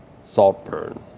Saltburn